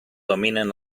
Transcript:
dominen